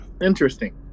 interesting